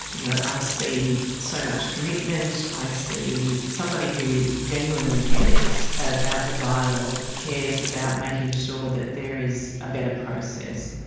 you know, i see so much commitment, i see somebody who genuinely cares about the dialogue, cares about making sure that there is a better process.